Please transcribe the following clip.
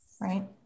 right